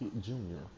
Junior